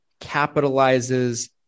capitalizes